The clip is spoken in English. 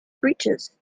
breeches